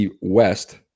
West